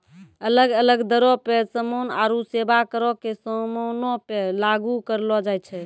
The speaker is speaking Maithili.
अलग अलग दरो पे समान आरु सेबा करो के समानो पे लागू करलो जाय छै